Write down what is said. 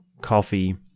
coffee